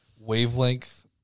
wavelength